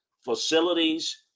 facilities